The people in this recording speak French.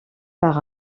par